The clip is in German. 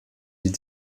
die